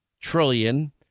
trillion